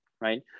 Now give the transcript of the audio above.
right